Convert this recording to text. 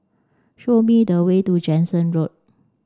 show me the way to Jansen Road